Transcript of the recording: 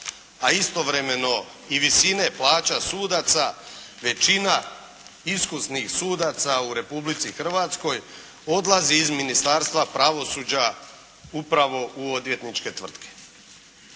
a istovremeno i visine plaća sudaca, većina iskusnih sudaca u Republici Hrvatskoj odlazi iz Ministarstva pravosuđa upravo u odvjetničke tvrtke.